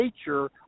nature